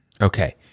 Okay